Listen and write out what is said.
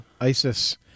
Isis